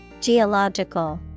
Geological